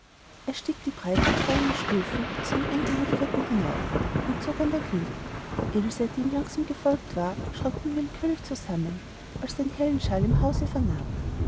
er stieg die breiten steinernen stufen die zu dem eingange führten hinauf und zog an der klingel ilse die ihm langsam gefolgt war schrak unwillkürlich zusammen als sie den hellen schall im hause vernahm